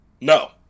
No